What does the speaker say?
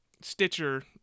Stitcher